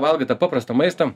valgai tą paprastą maistą